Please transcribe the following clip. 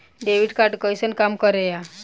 Debit card कैसन काम करेया?